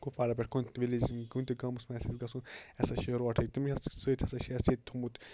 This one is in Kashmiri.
کُپوارا پٮ۪ٹھ کُنہِ تہِ وِلیجَس منٛز کُنہِ تہِ گامَس منٛز آسہِ اَسہِ گَژھُن اَسہِ ہَسا چھُ روڈٕے اَمے سٍتۍ ہَسا چھِ اَسہِ ییٚتہِ تھوٚومُت